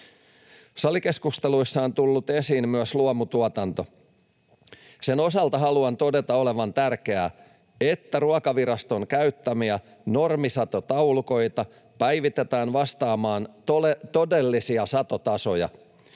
Salikeskusteluissa on tullut esiin myös luomutuotanto. Sen osalta haluan todeta olevan tärkeää, että Ruokaviraston käyttämiä normisatotaulukoita päivitetään vastaamaan todellisia satotasoja.